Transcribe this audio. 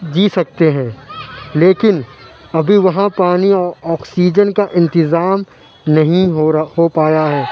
جی سکتے ہیں لیکن ابھی وہاں پانی آکسیجن کا انتظام نہیں ہو رہا ہو پایا ہے